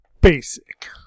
Basic